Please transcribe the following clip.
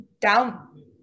down